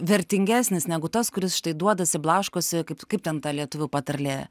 vertingesnis negu tas kuris štai duodasi blaškosi kaip kaip ten ta lietuvių patarlė